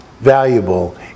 valuable